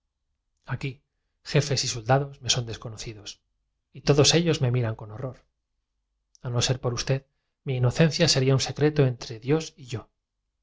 aquí jefes y soldados me son miran con horror desconocidos y todos ellos me a no ser por usted mi inocencia sería un secreto entre dios y yo